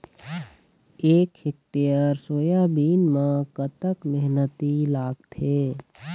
एक hectare soybean म कतक मेहनती लागथे?